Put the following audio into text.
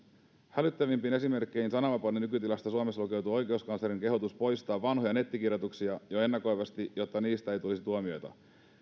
hälyttävimpiin esimerkkeihin sananvapauden nykytilasta suomessa lukeutuu oikeuskanslerin kehotus poistaa vanhoja nettikirjoituksia jo ennakoivasti jotta niistä ei tulisi tuomioita